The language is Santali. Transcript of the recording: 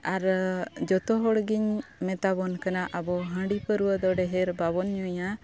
ᱟᱨ ᱡᱷᱚᱛᱚ ᱦᱚᱲ ᱜᱤᱧ ᱢᱮᱛᱟᱵᱚᱱ ᱠᱟᱱᱟ ᱟᱵᱚ ᱦᱟᱺᱰᱤ ᱯᱟᱹᱣᱨᱟᱹ ᱫᱚ ᱰᱷᱮᱨ ᱵᱟᱵᱚᱱ ᱧᱩᱭᱟ